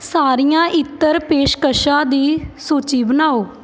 ਸਾਰੀਆਂ ਇੱਤਰ ਪੇਸ਼ਕਸ਼ਾਂ ਦੀ ਸੂਚੀ ਬਣਾਓ